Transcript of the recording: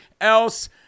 else